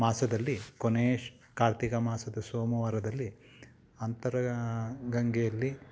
ಮಾಸದಲ್ಲಿ ಕೊನೆಯ ಕಾರ್ತಿಕ ಮಾಸದ ಸೋಮವಾರದಲ್ಲಿ ಅಂತರ ಗಂಗೆಯಲ್ಲಿ